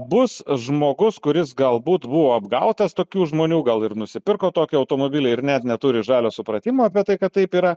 bus žmogus kuris galbūt buvo apgautas tokių žmonių gal ir nusipirko tokį automobilį ir net neturi žalio supratimo apie tai kad taip yra